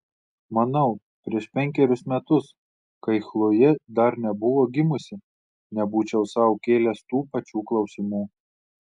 manau prieš penkerius metus kai chlojė dar nebuvo gimusi nebūčiau sau kėlęs tų pačių klausimų